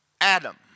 Adam